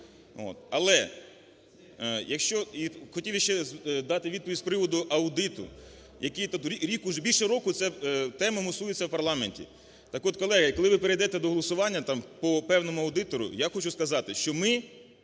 Але, хотів я ще дати відповідь з приводу аудиту, більше року ця тема мусується в парламенті. Так от, колеги, коли ви перейдете до голосування там по певному аудитору, я хочу сказати, що ми